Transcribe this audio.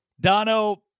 Dono